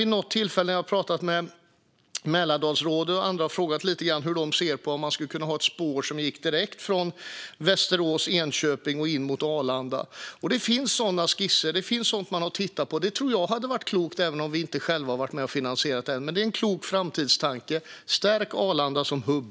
Vid något tillfälle när jag har pratat med Mälardalsrådet och andra har jag också frågat lite hur de ser på att man skulle kunna ha ett spår som går direkt från Västerås och Enköping in mot Arlanda. Det finns sådana skisser som man har tittat på. Jag tror att det hade varit klokt även om vi inte själva är med och finansierar det. Det är en klok framtidstanke: Stärk Arlanda som hubb!